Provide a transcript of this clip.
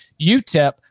UTEP